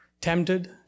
tempted